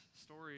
story